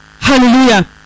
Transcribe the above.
Hallelujah